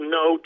no